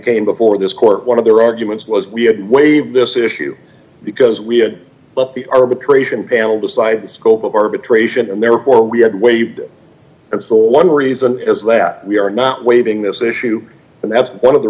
came before this court one of their arguments was we had waive this issue because we had but the arbitration panel decided scope d of arbitration and therefore we had waived and so one reason is that we are not waiving this issue and that's one of the